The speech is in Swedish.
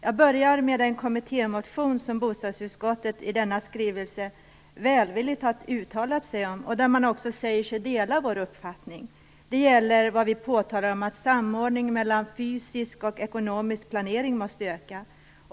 Jag börjar med den kommittémotion som bostadsutskottet i denna skrivning har uttalat sig välvilligt om och där man också säger sig dela vår uppfattning. Det gäller vad vi påpekar om att samordningen mellan fysisk och ekonomisk planering måste öka.